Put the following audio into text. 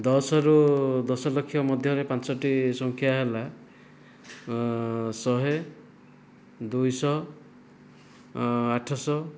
ଦଶରୁ ଦଶଲକ୍ଷ ମଧ୍ୟରେ ପାଞ୍ଚଟି ସଂଖ୍ୟା ହେଲା ଶହେ ଦୁଇଶହ ଆଠଶହ